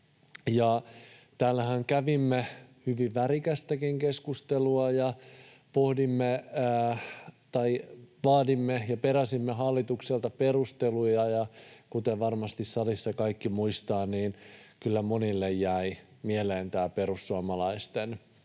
Täällähän kävimme hyvin värikästäkin keskustelua ja vaadimme ja peräsimme hallitukselta perusteluja. Ja kuten varmasti salissa kaikki muistavat, niin kyllä monille jäi mieleen tämä perussuomalaisten edustaja